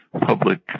public